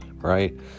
Right